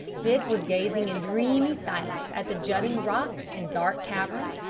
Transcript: dick was gazing in dreamy silence at the jutting rocks and dark caverns,